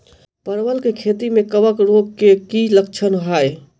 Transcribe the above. परवल केँ खेती मे कवक रोग केँ की लक्षण हाय?